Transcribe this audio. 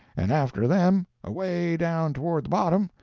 and after them, away down toward the bottom,